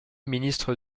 ministre